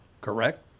correct